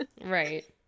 Right